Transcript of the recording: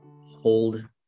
hold